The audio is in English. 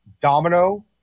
Domino